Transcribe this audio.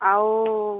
ଆଉ